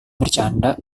bercanda